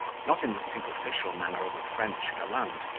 not in the superficial manner of a french gallant,